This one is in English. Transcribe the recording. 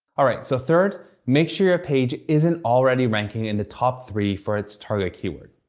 alright, so third, make sure your page isn't already ranking in the top three for its target keyword.